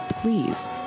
please